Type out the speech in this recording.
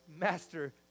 master